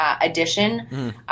addition